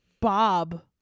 Bob